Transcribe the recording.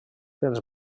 pels